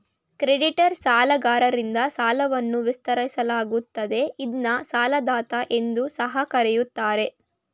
credit card ಸಾಲಗಾರರಿಂದ ಸಾಲವನ್ನ ವಿಸ್ತರಿಸಲಾಗುತ್ತದೆ ಇದ್ನ ಸಾಲದಾತ ಎಂದು ಸಹ ಕರೆಯುತ್ತಾರೆ